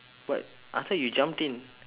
but I thought you jumped in